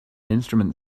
instrument